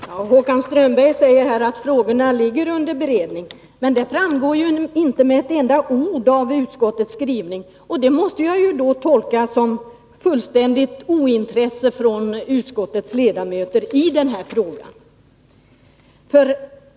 Herr talman! Håkan Strömberg sade att den fråga jag tog upp är under beredning. Men det framgår inte med ett enda ord av utskottets skrivning. Det måste jag då tolka som en fullständig brist på intresse från utskottets ledamöter för denna fråga.